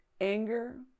anger